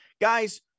guys